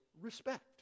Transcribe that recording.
respect